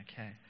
Okay